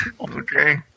Okay